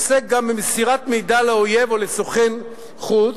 עוסק גם במסירת מידע לאויב או לסוכן חוץ,